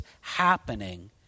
happening